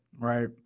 right